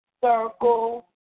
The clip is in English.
circle